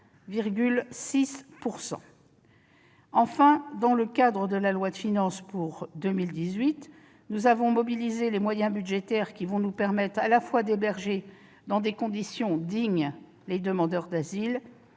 Enfin, dans le cadre de la loi de finances pour 2018, nous avons mobilisé les moyens budgétaires qui vont nous permettre à la fois d'héberger dans des conditions dignes les demandeurs d'asile